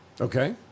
Okay